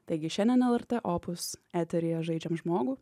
taigi šiandien lrt opus eteryje žaidžiam žmogų